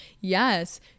yes